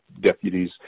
deputies